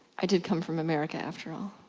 i did come from america after all.